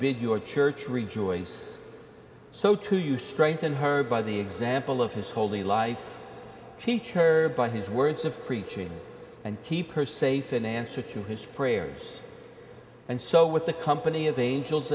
big your church rejoice so to you strengthen her by the example of his holy life teach her by his words of preaching and keep her safe in answer to his prayers and so with the company of angels